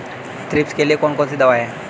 Thrips के लिए कौन सी दवा है?